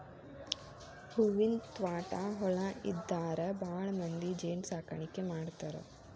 ಹೂವಿನ ತ್ವಾಟಾ ಹೊಲಾ ಇದ್ದಾರ ಭಾಳಮಂದಿ ಜೇನ ಸಾಕಾಣಿಕೆ ಮಾಡ್ತಾರ